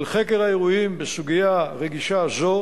לחקר האירועים בסוגיה רגישה זו